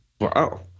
Wow